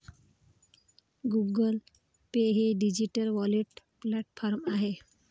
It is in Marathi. गुगल पे हे डिजिटल वॉलेट प्लॅटफॉर्म आहे